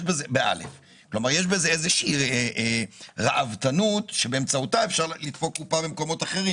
יש בזה איזושהי ראוותנות שבאמצעותה אפשר לדפוק קופה במקומות אחרים,